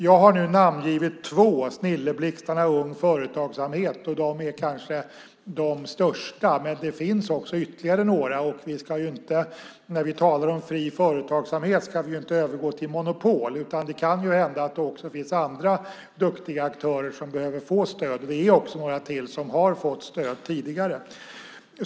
Jag har nu namngivit två, Snilleblixtarna och Ung Företagsamhet. De är kanske de största, men det finns ytterligare några, och vi ska inte när vi talar om fri företagsamhet övergå till monopol utan det kan hända att det också finns andra duktiga aktörer som behöver få stöd. Det är också några till som har fått stöd tidigare.